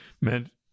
meant